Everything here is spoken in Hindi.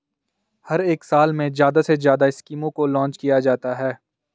हर एक साल में ज्यादा से ज्यादा स्कीमों को लान्च किया जाता है